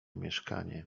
mieszkanie